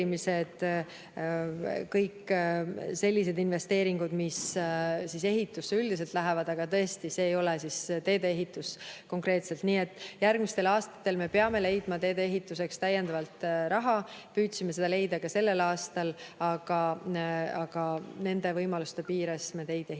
kõik sellised investeeringud, mis ehitusse üldiselt lähevad, aga tõesti, see ei ole teedeehitus konkreetselt. Nii et järgmistel aastatel me peame leidma teedeehituseks lisaraha. Püüdsime seda leida ka sellel aastal, aga nende võimaluste piires, mis meil on, me